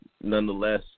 nonetheless